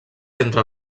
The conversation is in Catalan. entre